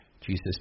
Jesus